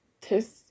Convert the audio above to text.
test